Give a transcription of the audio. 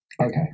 Okay